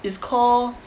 it's call